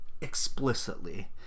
explicitly